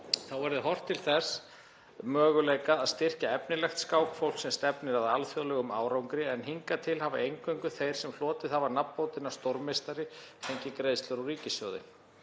Þá verði horft til þess möguleika að styrkja efnilegt skákfólk sem stefnir að alþjóðlegum árangri en hingað til hafa eingöngu þeir sem hlotið hafa nafnbótina stórmeistari fengið greiðslur úr ríkissjóði.